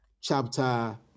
chapter